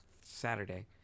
saturday